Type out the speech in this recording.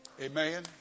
Amen